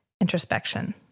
introspection